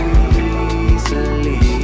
easily